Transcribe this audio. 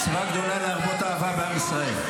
מצווה גדולה להרבות אהבה בעם ישראל.